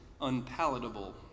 unpalatable